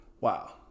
wow